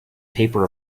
paper